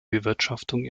bewirtschaftung